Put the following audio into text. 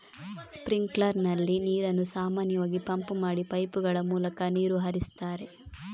sprinkler ನಲ್ಲಿ ನೀರನ್ನು ಸಾಮಾನ್ಯವಾಗಿ ಪಂಪ್ ಮಾಡಿ ಪೈಪುಗಳ ಮೂಲಕ ನೀರು ಹರಿಸ್ತಾರೆ